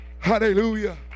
Hallelujah